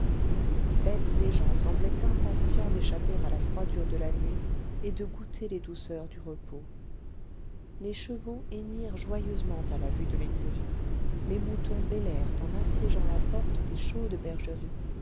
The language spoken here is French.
bêtes et gens semblaient impatients d'échapper à la froidure de la nuit et de goûter les douceurs du repos les chevaux hennirent joyeusement à la vue de l'écurie les moutons bêlèrent en assiégeant la porte des chaudes bergeries